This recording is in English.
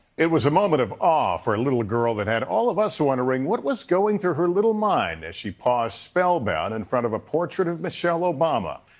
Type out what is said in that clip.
it was a moment of awe for a little girl that had all of us wondering what was going through her little mind as she paused spell bound in front of a portrait of michelle obama.